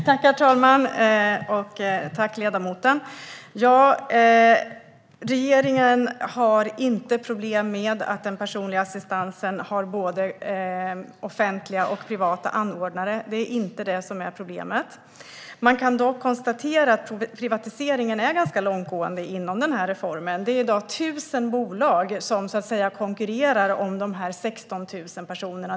Herr talman! Tack för frågan, ledamoten! Regeringen har inte problem med att den personliga assistansen har både offentliga och privata anordnare. Det är inte det som är problemet. Man kan dock konstatera att privatiseringen är ganska långtgående inom den här reformen. Det är i dag ca 1 000 bolag som så att säga konkurrerar om de här 16 000 personerna.